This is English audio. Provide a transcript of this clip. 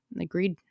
agreed